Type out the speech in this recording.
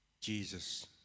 Jesus